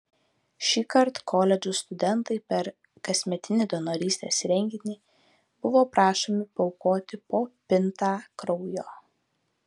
šįkart koledžų studentai per kasmetinį donorystės renginį buvo prašomi paaukoti po pintą kraujo